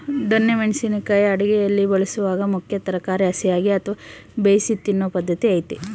ದೊಣ್ಣೆ ಮೆಣಸಿನ ಕಾಯಿ ಅಡುಗೆಯಲ್ಲಿ ಬಳಸಲಾಗುವ ಮುಖ್ಯ ತರಕಾರಿ ಹಸಿಯಾಗಿ ಅಥವಾ ಬೇಯಿಸಿ ತಿನ್ನೂ ಪದ್ಧತಿ ಐತೆ